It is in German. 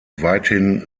weithin